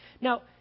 Now